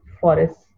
forests